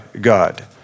God